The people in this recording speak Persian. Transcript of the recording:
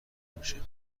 میشه